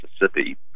Mississippi